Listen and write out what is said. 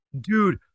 dude